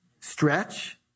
Stretch